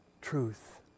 truth